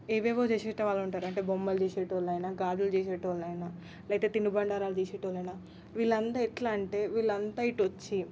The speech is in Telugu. ఏవేవో చేసేటి వాళ్ళు ఉంటారు అంటే బొమ్మలు చేసే వాళ్లు అయినా గాజులు చేసే వాళ్లు అయినా లేక తినబడ్డారు చేసే వాళ్లు అయినా వీళ్లంతా ఎట్లా అంటే వీళ్లంతా ఇటు వచ్చి